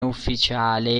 ufficiale